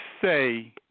say